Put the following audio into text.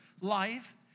life